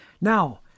Now